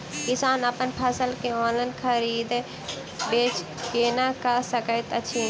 किसान अप्पन फसल केँ ऑनलाइन खरीदै बेच केना कऽ सकैत अछि?